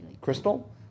Crystal